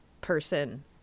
person